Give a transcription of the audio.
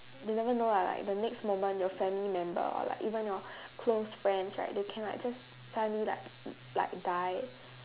you never know lah like the next moment your family member or like even your close friends right they can like just suddenly like like die